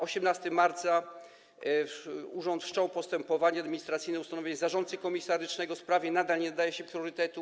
18 marca urząd wszczął postępowanie administracyjne o ustanowienie zarządcy komisarycznego, sprawie nadal nie nadaje się priorytetu.